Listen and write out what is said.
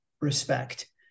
respect